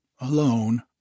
alone